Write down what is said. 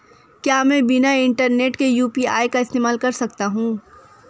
क्या मैं बिना इंटरनेट के यू.पी.आई का इस्तेमाल कर सकता हूं?